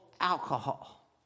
alcohol